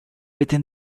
within